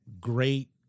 great